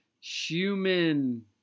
human